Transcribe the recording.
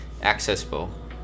accessible